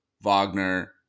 Wagner